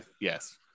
yes